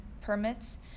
permits